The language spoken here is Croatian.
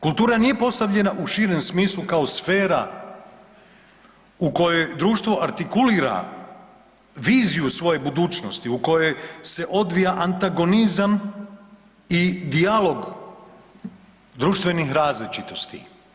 Kultura nije postavljena u širem smislu kao sfera u kojoj društvo artikulira viziju svoje budućnosti, u kojoj se odvija antagonizam i dijalog društvenih različitosti.